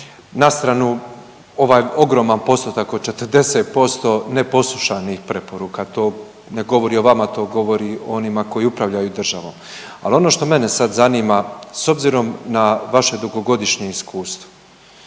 Na stranu ovaj ogroman postotak od 40% neposlušanih preporuka, to ne govori o vama, to govori o onima koji upravljaju državom. Ali ono što mene sad zanima s obzirom na vaše dugogodišnje iskustvo